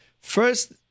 First